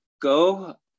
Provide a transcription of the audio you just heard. Go